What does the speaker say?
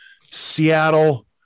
Seattle